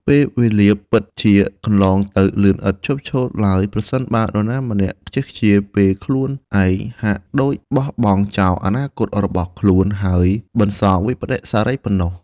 ពេលវេលា ពិតជាកន្លងទៅលឿនឥតឈប់ឈរឡើយ ប្រសិនបើនរណាម្នាក់ខ្ជីខ្ជាពេលខ្លួនឯង ហាក់ដូចបោះបង់ចោលអនាគតរបស់ខ្លួន ហើយបន្សល់វិប្បដិសារីប៉ុណ្ណោះ។